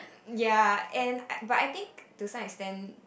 ya and I~ but I think to some extent